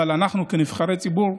אבל אנחנו כנבחרי ציבור,